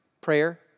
prayer